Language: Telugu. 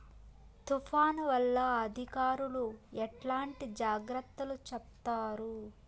తుఫాను వల్ల అధికారులు ఎట్లాంటి జాగ్రత్తలు చెప్తారు?